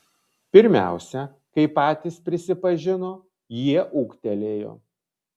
pirmiausia kaip patys prisipažino jie ūgtelėjo